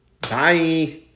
Bye